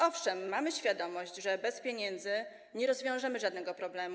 Owszem, mamy świadomość, że bez pieniędzy nie rozwiążemy żadnego problemu.